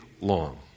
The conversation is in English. long